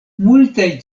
multaj